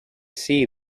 see